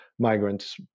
Migrants